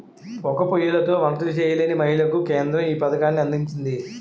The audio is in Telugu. పోగా పోయ్యిలతో వంట చేయలేని మహిళలకు కేంద్రం ఈ పథకాన్ని అందించింది